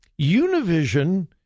Univision